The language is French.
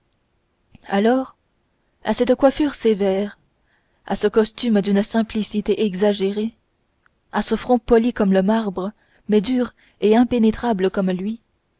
alors à cette coiffure sévère à ce costume d'une simplicité exagérée à ce front poli comme le marbre mais dur et impénétrable comme lui